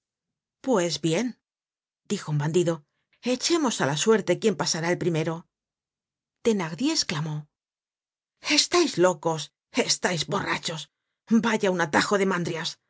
pues bien dijo un bandido echemos á la suerte quién pasará el primero thenardier esclamó estais locos estais borrachos vaya un atajo de mandrias